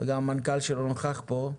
גם המנכ"ל שלו נוכח פה,